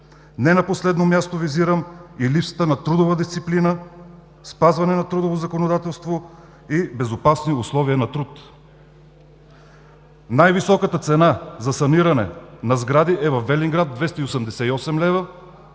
Не на последно място визирам и липсата на трудова дисциплина, спазване на трудовото законодателство и безопасните условия на труд. Най-високата цена за саниране на сгради е във Велинград – 288 лв.